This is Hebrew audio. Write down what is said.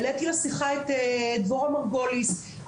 העליתי לשיחה את דבורה מרגוליס.